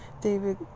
David